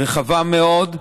רחבה מאוד.